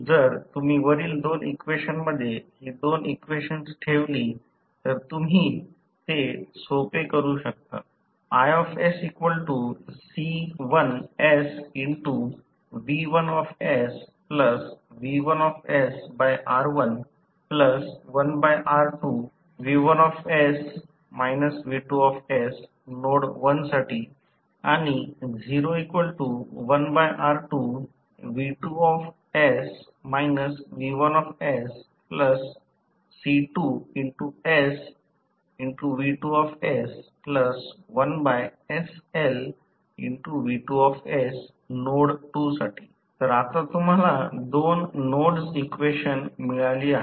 जर तुम्ही वरील दोन इक्वेशन मध्ये ही दोन इक्वेशन ठेवली तर तुम्ही ते सोपे करू शकता तर आता तुम्हाला दोन नोड इक्वेशन्स मिळाली आहेत